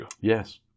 Yes